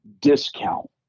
discount